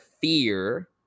fear